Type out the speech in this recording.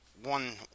one